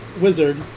wizard